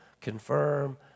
confirm